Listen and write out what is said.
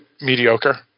mediocre